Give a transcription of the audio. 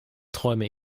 träume